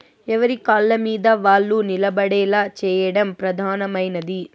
ఎవరి కాళ్ళమీద వాళ్ళు నిలబడేలా చేయడం ప్రధానమైనది